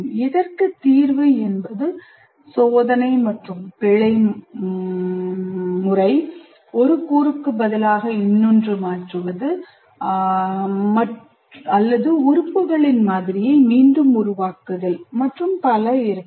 இதற்கு தீர்வு என்பது சோதனை மற்றும் பிழை ஒரு கூறுக்கு பதிலாக இன்னொன்று மாற்றுவது அல்லது உறுப்புகளின் மாதிரிகளை மீண்டும் உருவாக்குதல் மற்றும் பல இருக்கலாம்